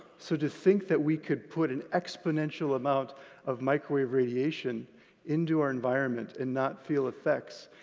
so to think that we could put an exponential amount of microwave radiation into our environment and not feel effects,